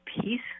peace